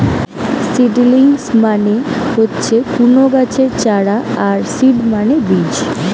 seedlings মানে হচ্ছে কুনো গাছের চারা আর সিড মানে বীজ